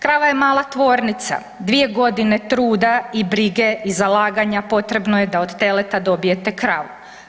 Krava je mala tvornica, dvije godine truda i brige i zalaganja potrebno je da od teleta dobijete kravu.